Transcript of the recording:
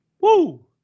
Woo